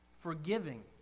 forgiving